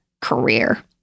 career